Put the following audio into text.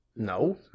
No